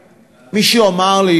מישהו אמר לי,